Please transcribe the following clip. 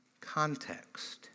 context